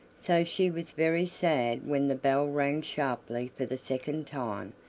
so she was very sad when the bell rang sharply for the second time,